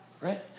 Right